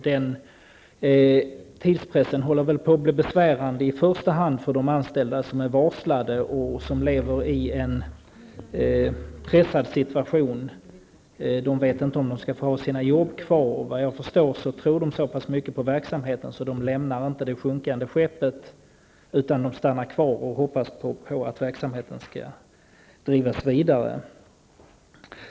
Den tidspressen håller på att bli besvärande i första hand för de anställda som är varslade och som lever i en pressad situation. De vet inte om de skall få ha sina arbeten kvar. Vad jag förstår tror de så pass mycket på verksamheten att de inte lämnar det sjunkande skeppet. De stannar kvar och hoppas på att verksamheten skall drivas vidare.